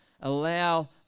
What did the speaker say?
allow